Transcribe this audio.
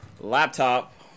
laptop